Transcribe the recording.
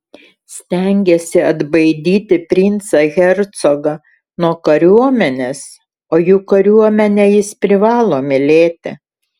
stengėsi atbaidyti princą hercogą nuo kariuomenės o juk kariuomenę jis privalo mylėti